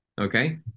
okay